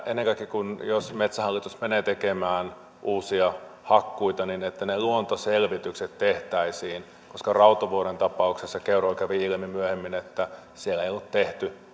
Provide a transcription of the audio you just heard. ennen kaikkea jos metsähallitus menee tekemään uusia hakkuita niin tehtäisiin ne luontoselvitykset koska rautovuoren tapauksessa keuruulla kävi ilmi myöhemmin että siellä ei ollut tehty